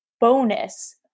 bonus